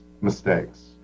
mistakes